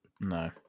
No